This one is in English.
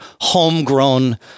homegrown